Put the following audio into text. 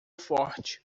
forte